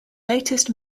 latest